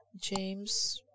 james